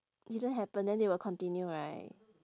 didn't happen then they will continue right